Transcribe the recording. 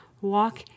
Walk